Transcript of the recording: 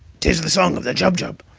tis the song of the jubjub!